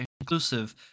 inclusive